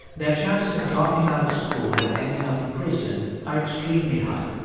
their chances of dropping out of school and ending up in prison are extremely high,